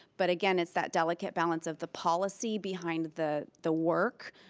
but again it's that delicate balance of the policy behind the the work,